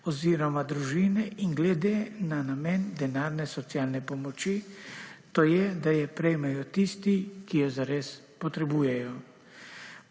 oziroma družine in glede na namen denarne socialne pomoči to je, da jo prejmejo tisti, ki jo za res potrebujejo.